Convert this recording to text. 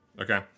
okay